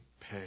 pay